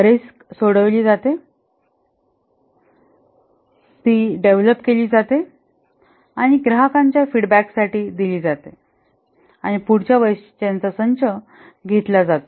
risk सोडविली जाते ती डेव्हलप केली जाते आणि ग्राहकांच्या फीडबॅकासाठी दिली जाते आणि पुढील वैशिष्ट्यांचा संच घेतला जातो